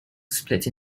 split